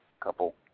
couple